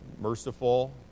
merciful